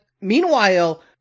meanwhile